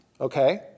Okay